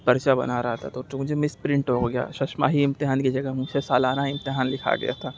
پرچہ بنا رہا تھا تو تو مجھے مس پرنٹ ہو گیا ششماہی امتحان کی جگہ مجھ سے سالانہ امتحان لکھا گیا تھا